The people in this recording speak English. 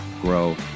grow